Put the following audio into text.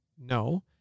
No